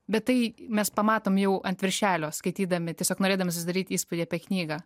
bet tai mes pamatom jau ant viršelio skaitydami tiesiog norėdami susidaryt įspūdį apie knygą